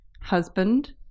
Husband